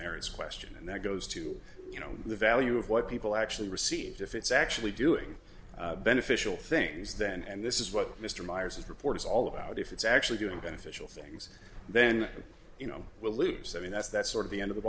marriage question and that goes to you know the value of what people actually received if it's actually doing beneficial things then and this is what mr meyers is reporters all about if it's actually doing beneficial things then you know we'll lose i mean that's that's sort of the end of the